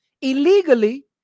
illegally